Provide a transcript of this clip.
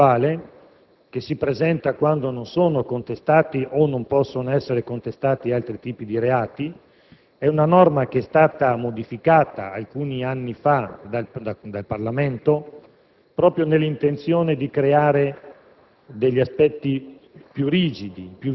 È una fattispecie residuale, che si presenta quando non sono contestati o non possono essere contestati altri tipi di reati. Si tratta di una norma che è stata modificata alcuni anni fa dal Parlamento, proprio nell'intenzione di creare